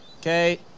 Okay